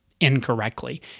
Incorrectly